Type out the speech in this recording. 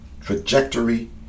trajectory